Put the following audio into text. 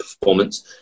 performance